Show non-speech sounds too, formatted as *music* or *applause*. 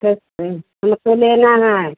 *unintelligible* लेना है